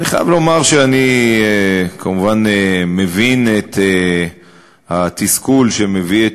אני חייב לומר שאני כמובן מבין את התסכול שמביא את